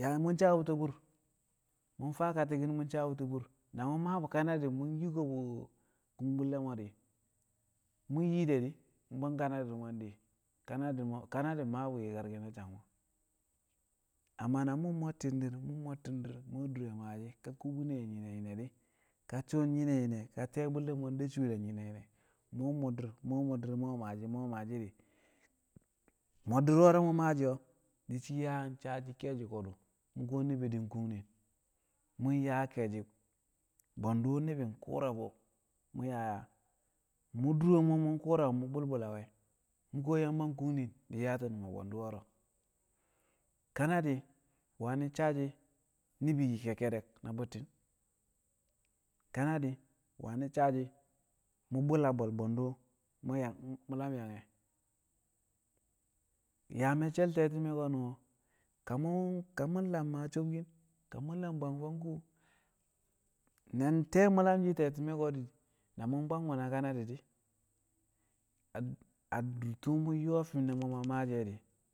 yaa mu̱ sabbu̱ti̱ bu̱u̱r mu̱ faa kati̱ki̱n mu̱ sabbu̱ti̱ bu̱u̱r mu̱ maa bu̱ kanadi̱ mu̱ yu̱ko̱ bu̱ kung bu̱lle̱ mo̱ di̱ mu̱ yi de̱ di̱ bwang kanadi̱l mo̱ dii kanadi̱ maa mụ yi̱karki̱n a sang mo̱ amma na mu̱ mo̱tti̱n dir mu̱ mo̱tti̱n dir mu̱ we̱ dure maashi̱ ka kubine nyine nyine di̱ ka suun nyine nyine ka ti̱ye̱ bu̱lle̱ mo̱ di shuule nyine nyine mu̱ we̱ mo̱-dir mu̱ we̱ mo̱-dir mu̱ we̱ maashi̱ mu̱ we̱ maashi̱ di̱ mo̱-dir wo̱rọ maashi̱ di̱ shi̱ yaa yang saa shi̱ ke̱e̱shi̱ ko̱du̱ mu̱ kuwo ni̱bi̱ di̱ kungnin mu̱ yaa ke̱e̱shi̱ bwe̱ndu̱ ni̱bi̱ ku̱u̱ra bu̱ mu̱ yaa yaa mu̱ duro mo̱ mu̱ ku̱u̱ra bu̱ mu̱ bul bul a we̱ mu̱ kuwo Yamba kungnin yaati̱nu̱n a bwe̱ndu̱ wo̱ro̱ kanadi̱ wani̱ sa shi̱ ni̱bi̱ yi kekkedek na bu̱tti̱n kanadi̱ wani̱ sa shi̱ mu̱ bul a be̱ bwe̱ndu̱ mu̱ lam yang e̱ yaa me̱cce̱l te̱ti̱me̱ ko̱nu̱n ka mu̱ lam maa sobkin ka mu̱ lam bwang fang kuu nang te̱e̱ mu̱ lam shi̱ a te̱ti̱me̱ ko̱ di̱ na mu̱ bwang bu̱ na kanadi̱ di̱ a dur tu̱u̱ mu̱ yo̱o̱ a fi̱m ne̱ mo̱ mu̱ yang maashi̱ e̱ di̱.